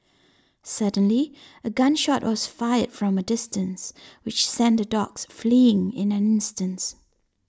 suddenly a gun shot was fired from a distance which sent the dogs fleeing in an instance